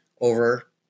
over